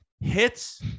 hits